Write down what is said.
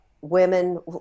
women